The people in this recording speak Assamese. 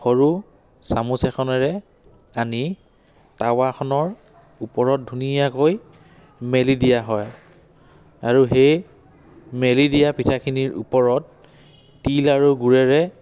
সৰু চামুচ এখনেৰে আনি তাৱাখনৰ ওপৰত ধুনীয়াকৈ মেলি দিয়া হয় আৰু সেই মেলি দিয়া পিঠাখিনিৰ ওপৰত তিল আৰু গুৰেৰে